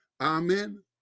Amen